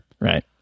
right